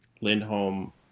Lindholm